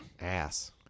ass